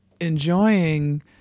enjoying